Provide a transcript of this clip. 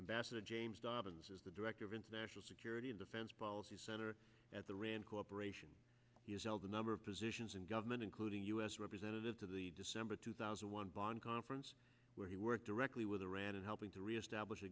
embassador james dobbins is the director of international security and defense policy center at the rand corporation has held a number of positions in government including u s representative to the december two thousand and one bonn conference where he worked directly with iran and helping to reestablish the